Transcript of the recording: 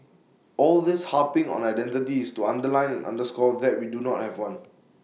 all this harping on identity is to underline and underscore that we do not have one